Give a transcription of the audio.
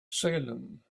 salem